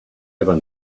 ever